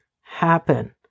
happen